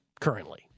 currently